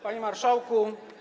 Panie Marszałku!